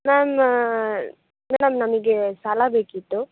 ma'am madam ನಮಗೆ ಸಾಲ ಬೇಕಿತ್ತು